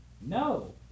No